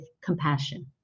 compassion